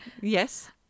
Yes